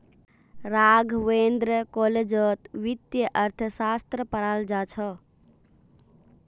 राघवेंद्र कॉलेजत वित्तीय अर्थशास्त्र पढ़ाल जा छ